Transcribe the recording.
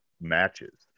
matches